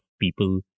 people